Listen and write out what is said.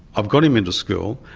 i've got him into school,